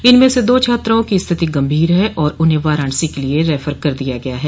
इनमें से दो छात्राओं की स्थिति गंभीर है और उन्हें वाराणसी के लिए रिफर कर दिया गया है